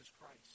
Christ